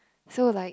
so like